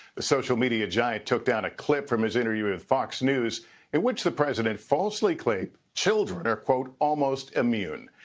the social media giant took down a clip from his interview with fox news in which the president falsely claimed children are, quote, almost immune.